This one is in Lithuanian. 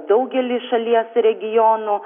daugelį šalies regionų